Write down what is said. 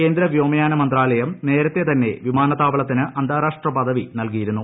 കേന്ദ്ര വ്യോമയാന മന്ത്രാലയം നേരത്തെ തന്നെ വിമാനത്താവളത്തിന് അന്താരാഷ്ട്ര പദവി നൽകിയിരുന്നു